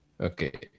Okay